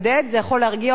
זה יכול להרגיע אותנו.